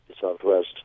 Southwest